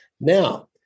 Now